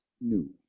new